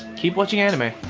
keep watching anime,